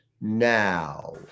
now